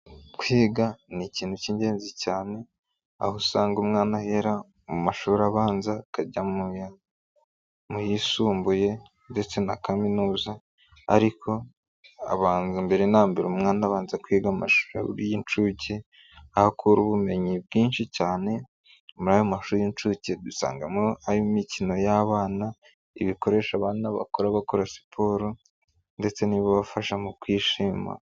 Kwiga ni ikintu k'ingenzi cyane aho usanga umwana ahera mu mashuri abanza akajya mu yisumbuye ndetse na kaminuza ariko abanza mbere na mbere umwana abanza kwiga amashuri y'inshuke aho akura ubumenyi bwinshi cyane nyuma y'amashuri y'inshuke dusangamo harimo imikino y'abana, ibikoresha abana bakora bakora siporo ndetse n'ibibafasha mu kwishima.